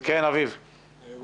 יחד עם מירי סביון ויחד עם עידו